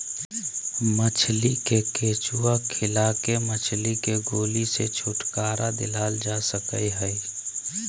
मछली के केंचुआ खिला के मछली के गोली से छुटकारा दिलाल जा सकई हई